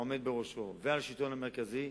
על העומד בראשו ועל השלטון המרכזי,